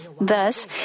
Thus